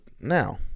now